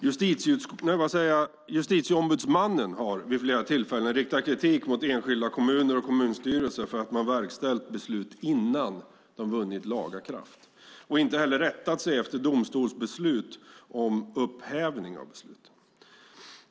Justitieombudsmannen har vid flera tillfällen riktat kritik mot enskilda kommuner och kommunstyrelser för att man verkställt beslut innan de vunnit laga kraft och inte heller rättat sig efter domstolsbeslut om upphävning av besluten.